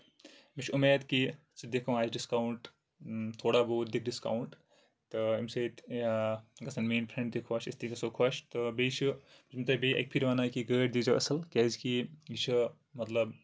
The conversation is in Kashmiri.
مےٚ چھ اُمید کہِ ژٕ دِکھ وۄنۍ اَسہِ ڈِسکَاوُنٛٹ تھوڑا بہت دِکھ ڈِسکَاوُنٛٹ تہٕ اَمہِ سۭتۍ گژھن میٲنۍ فرینٛڈ تہِ خۄش أسۍ تہِ گژھو خۄش تہٕ بیٚیہِ چھُ بہٕ چھس تۄہہ بیٚیہِ اَکہِ پھیرِ وَنان کہِ گٲڑۍ دِی زیو اَصٕل کیازِ کہِ یہِ چھُ مطلب